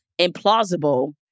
implausible